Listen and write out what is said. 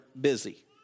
busy